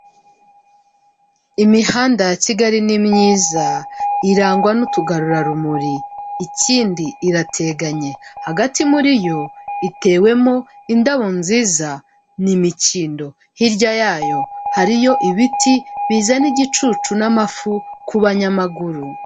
Imihanda ya Kigali ni myiza, irangwa n'utugarurarumuri, ikindi irateganye, hagati muri yo itewemo indabo nziza n'imikindo, hirya yayo hariyo ibiti bizana igicucu n'amafu ku banyamaguru.